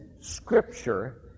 scripture